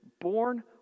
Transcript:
born